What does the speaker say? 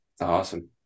Awesome